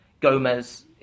Gomez